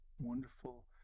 wonderful